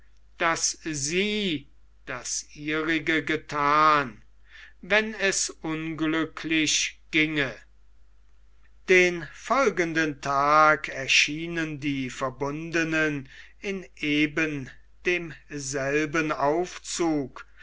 daß sie das ihre gethan wenn es unglücklich ginge den folgenden tag erschienen die verbundenen in eben demselben aufzug